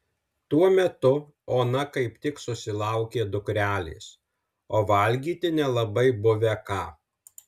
tuo metu ona kaip tik susilaukė dukrelės o valgyti nelabai buvę ką